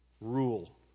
rule